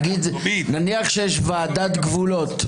נניח שיש ועדת גבולות.